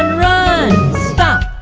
run stop!